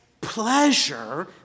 pleasure